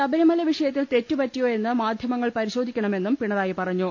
ശബരിമല വിഷയത്തിൽ തെറ്റ് പറ്റിയോ എന്ന് മാധ്യമങ്ങൾ പരിശോധിക്കണമെന്നും പിണറായി പറഞ്ഞു